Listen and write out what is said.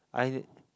I